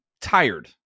tired